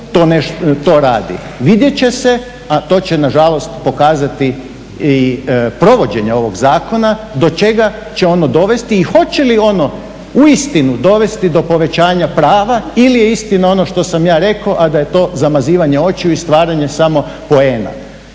to radi. Vidjet će se, a to će nažalost pokazati i provođenje ovog zakona, do čega će ono dovesti i hoće li ono uistinu dovesti do povećanja prava ili je istina ono što sam ja rekao, da je to zamazivanje očiju i stvaranje samo poena.